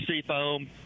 seafoam